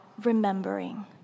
remembering